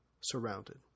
surrounded